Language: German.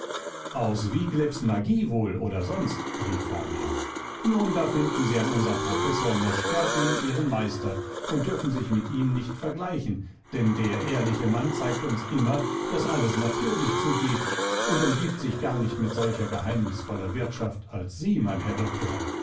aus wieglebs magie wohl oder sonst rief fabian nun da finden sie an unserm professor mosch terpin ihren meister und dürfen sich mit ihm nicht vergleichen denn der ehrliche mann zeigt uns immer daß alles natürlich zugeht und umgibt sich gar nicht mit solcher geheimnisvoller wirtschaft als sie mein herr doktor